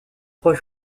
trois